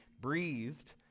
breathed